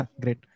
great